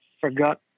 forgot